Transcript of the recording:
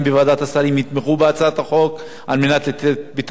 בהצעת החוק על מנת לתת פתרון לתושבים.